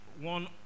one